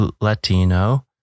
Latino